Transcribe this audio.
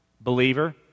Believer